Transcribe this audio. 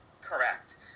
correct